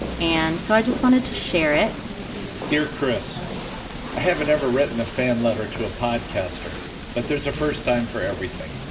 and so i just wanted to share it dear chris i haven't ever written a fan letter to a podcast. but there's a first time for everything.